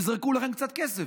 יזרקו לכם קצת כסף.